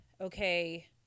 okay